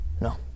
No